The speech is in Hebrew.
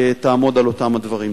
תעמוד על אותם הדברים.